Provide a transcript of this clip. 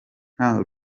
nta